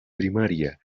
primaria